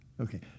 Okay